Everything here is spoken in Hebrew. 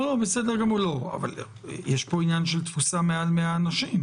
לא, אבל יש פה עניין של תפוסה מעל 100 אנשים?